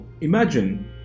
imagine